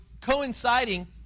coinciding